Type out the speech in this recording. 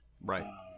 Right